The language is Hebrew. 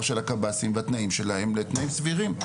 של הקב"סים והתנאים שלהם לתנאים סבירים.